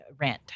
rent